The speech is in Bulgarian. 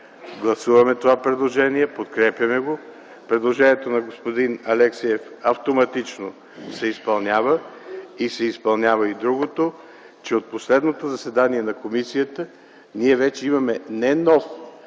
гласуваме това предложение - подкрепяме го, предложението на господин Алексиев се изпълнява автоматично, изпълнява се и другото, че от последното заседание на комисията ние вече имаме не нов